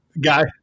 guy